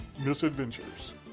misadventures